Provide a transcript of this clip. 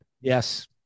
Yes